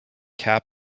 cap